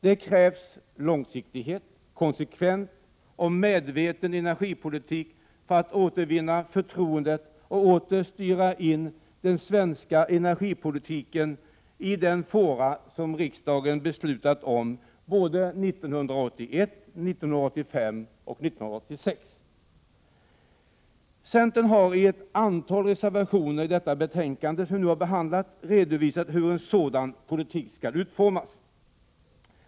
Det krävs en långsiktig, konsekvent och medveten energipolitik för att återvinna förtroendet och åter styra in den svenska energipolitiken i den fåra som riksdagen beslutat om såväl 1981 som 1985 och 1986. Centern har i ett antal reservationer i det betänkande som vi nu behandlar redovisat hur en sådan politik skall utformas.